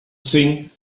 thing